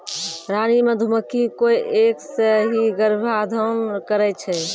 रानी मधुमक्खी कोय एक सें ही गर्भाधान करै छै